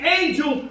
angel